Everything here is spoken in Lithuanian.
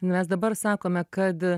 mes dabar sakome kad